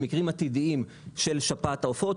למקרים עתידיים של שפעת העופות.